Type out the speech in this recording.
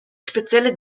spezielle